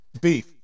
Beef